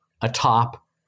atop